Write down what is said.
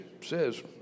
says